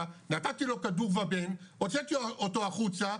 נתתי לו כדור ואבן הוצאתי אותו החוצה,